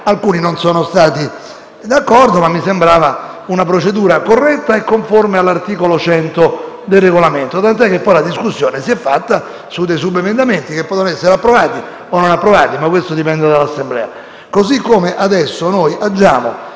Alcuni non sono stati d'accordo, ma mi sembrava una procedura corretta e conforme all'articolo 100 del Regolamento, tant'è che la discussione si è fatta sui subemendamenti, che potevano essere approvati o no, ma questo dipende dall'Assemblea. Adesso, senza